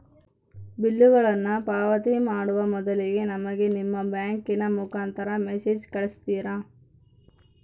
ಬಿಲ್ಲುಗಳನ್ನ ಪಾವತಿ ಮಾಡುವ ಮೊದಲಿಗೆ ನಮಗೆ ನಿಮ್ಮ ಬ್ಯಾಂಕಿನ ಮುಖಾಂತರ ಮೆಸೇಜ್ ಕಳಿಸ್ತಿರಾ?